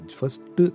first